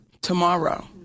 tomorrow